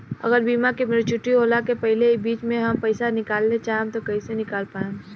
अगर बीमा के मेचूरिटि होला के पहिले ही बीच मे हम पईसा निकाले चाहेम त कइसे निकाल पायेम?